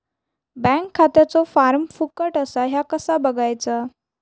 Bank खात्याचो form फुकट असा ह्या कसा बगायचा?